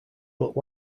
but